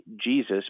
Jesus